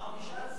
אה.